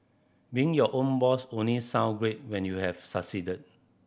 being your own boss only sound great when you have succeeded